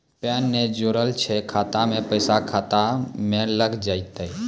Pan ने जोड़लऽ छै खाता मे पैसा खाता मे लग जयतै?